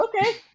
okay